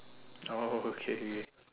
oh okay okay okay